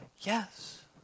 Yes